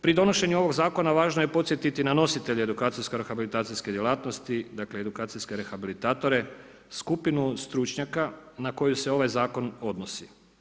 Pri donošenju ovoga zakona važno je podsjetiti na nositelje edukacijsko rehabilitacijske djelatnosti dakle edukacijske rehabilitatore, skupinu stručnjaka na koju se ovaj zakon odnosi.